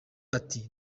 ati